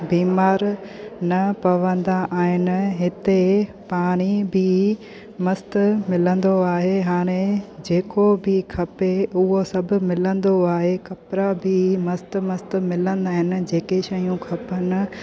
बीमा्र न पवंदा आहिनि हिते पाणी बि मस्तु मिलंदो आहे हाणे जेको बि खपे उहो सभु मिलंदो आहे कपिड़ा बि मस्तु मस्तु मिलंदा आहिनि जेके शयूं खपनि